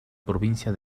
provincia